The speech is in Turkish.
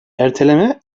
erteleme